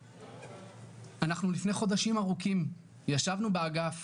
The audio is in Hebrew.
אנחנו לפני חודשים ארוכים ישבנו באגף